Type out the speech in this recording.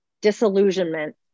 disillusionment